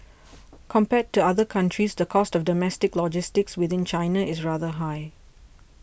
compared to other countries the cost of domestic logistics within China is rather high